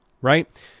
right